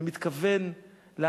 אני מתכוון לנהנתנים,